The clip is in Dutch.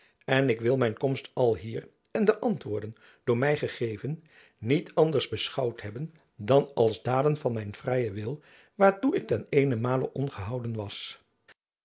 en ik wil mijn komst alhier en de antwoorden door my gegeven niet anders beschouwd hebben dan als daden van mijn vrijen wil waartoe ik ten eenenmale ongehouden was